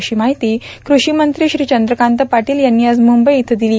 अशी माहिती क्रषीमंत्री श्री चंद्रकांत पाटील यांनी आज मुंबई इथं दिली